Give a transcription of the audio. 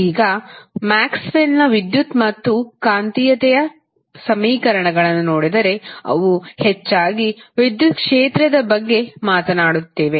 ಈಗ ಮ್ಯಾಕ್ಸ್ವೆಲ್ನ ವಿದ್ಯುತ್ ಮತ್ತು ಕಾಂತೀಯತೆಯ ಸಮೀಕರಣಗಳನ್ನು ನೋಡಿದರೆ ಅವು ಹೆಚ್ಚಾಗಿ ವಿದ್ಯುತ್ ಕ್ಷೇತ್ರದ ಬಗ್ಗೆ ಮಾತನಾಡುತ್ತಿವೆ